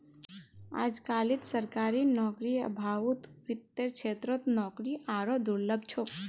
अजकालित सरकारी नौकरीर अभाउत वित्तेर क्षेत्रत नौकरी आरोह दुर्लभ छोक